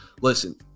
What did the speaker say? Listen